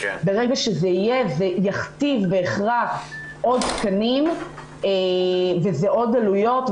ברגע שזה יהיה זה יכתיב בהכרח עוד תקנים וזה עוד עלויות,